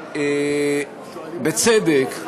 ובצדק,